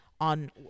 on